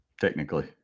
technically